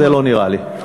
זה לא נראה לי.